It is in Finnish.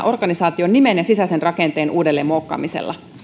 organisaation nimen ja sisäisen rakenteen uudelleenmuokkaamisella